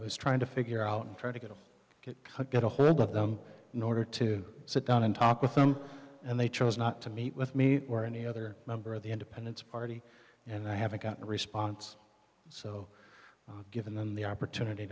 was trying to figure out and try to get a cut get a hold of them in order to sit down and talk with them and they chose not to meet with me or any other member of the independence party and i haven't gotten a response so given the opportunity